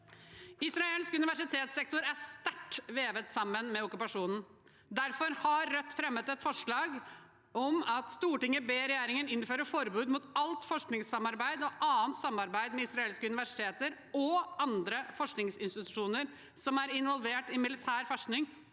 Israelsk universitetssektor er sterkt vevet sammen med okkupasjonen. Derfor har Rødt fremmet følgende forslag: «Stortinget ber regjeringen innføre forbud mot alt forskningssamarbeid og annet samarbeid med israelske universiteter og andre forskningsinstitusjoner som er involvert i militær forskning